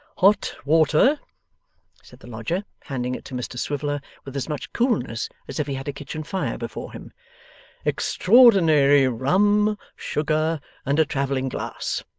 hot water said the lodger, handing it to mr swiveller with as much coolness as if he had a kitchen fire before him extraordinary rum sugar and a travelling glass.